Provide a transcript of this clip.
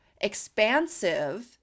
expansive